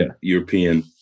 European